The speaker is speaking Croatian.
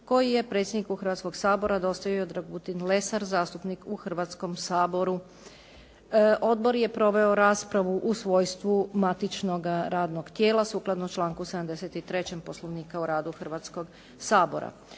koji je predsjedniku Hrvatskoga sabora dostavio Dragutin Lesar, zastupnik u Hrvatskom saboru. Odbor je proveo raspravu u svojstvu matičnoga radnog tijela sukladno članku 73. Poslovnika o radu Hrvatskog sabora.